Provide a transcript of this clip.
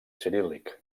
ciríl·lic